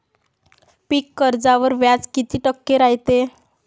पीक कर्जावर व्याज किती टक्के रायते?